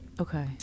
okay